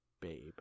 Babe